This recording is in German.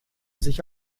sich